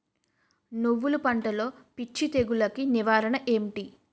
నువ్వులు పంటలో పిచ్చి తెగులకి నివారణ ఏంటి?